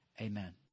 amen